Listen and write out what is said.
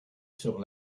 sur